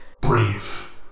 brave